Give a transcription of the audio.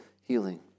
healing